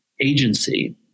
agency